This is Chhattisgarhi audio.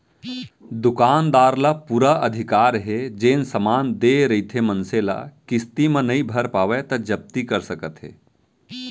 दुकानदार ल पुरा अधिकार हे जेन समान देय रहिथे मनसे ल किस्ती म नइ भर पावय त जब्ती कर सकत हे